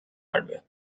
hardware